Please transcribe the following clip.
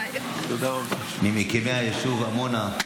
ממקימי היישוב עמונה.